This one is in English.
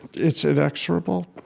it's inexorable,